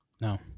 No